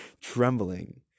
trembling